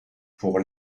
pour